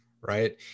right